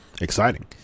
exciting